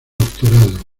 doctorado